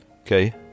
Okay